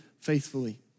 faithfully